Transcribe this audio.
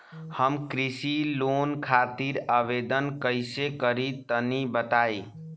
हम कृषि लोन खातिर आवेदन कइसे करि तनि बताई?